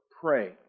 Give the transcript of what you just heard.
Pray